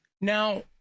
Now